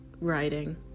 Writing